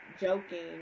joking